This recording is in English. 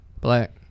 Black